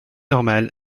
normal